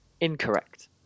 Incorrect